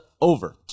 over